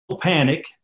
panic